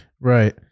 right